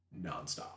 nonstop